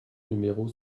numéro